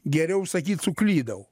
geriau sakyt suklydau